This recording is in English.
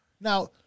Now